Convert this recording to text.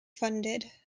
funded